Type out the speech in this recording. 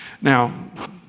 Now